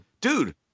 dude